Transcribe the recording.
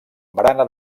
barana